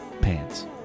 Pants